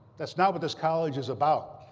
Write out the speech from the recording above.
that's not what this college is about.